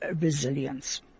resilience